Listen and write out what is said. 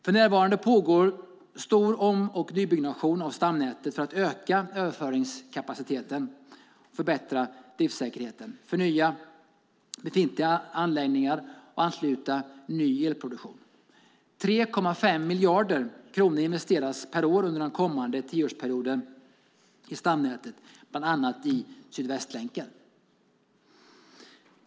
För närvarande pågår stor om och nybyggnation av stamnätet för att öka överföringskapaciteten och förbättra driftsäkerheten, förnya befintliga anläggningar och ansluta ny elproduktion. 3,5 miljarder kronor per år investeras under den kommande tioårsperioden i stamnätet, bland annat i Sydvästlänken.